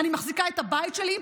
אני מחזיקה את הבית שלי,